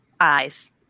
eyes